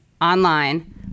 online